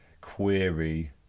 query